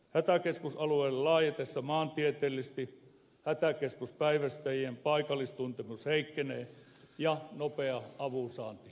hätäkeskusalueiden laajetessa maantieteellisesti hätäkeskuspäivystäjien paikallistuntemus heikkenee ja nopea avunsaanti vaarantuu